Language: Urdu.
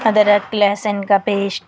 ادرک لہسن کا پیسٹ